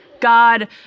God